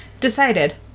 Decided